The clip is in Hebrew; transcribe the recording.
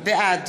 בעד